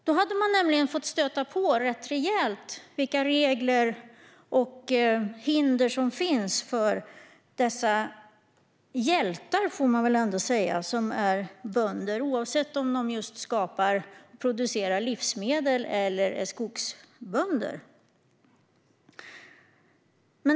De hade nämligen rätt rejält fått känna på vilka regler och hinder som finns för dessa hjältar, får man väl ändå säga, som är bönder, oavsett om de producerar livsmedel eller är skogsbönder.